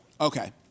Okay